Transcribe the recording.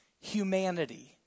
humanity